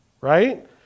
right